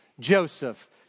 Joseph